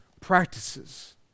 practices